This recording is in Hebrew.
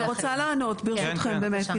אני רוצה לענות, ברשותכם, באמת.